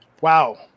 Wow